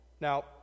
Now